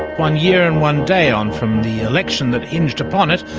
one year and one day on from the election that hinged upon it,